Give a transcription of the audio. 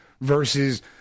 versus